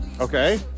Okay